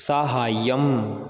साहाय्यम्